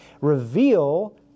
reveal